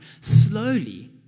slowly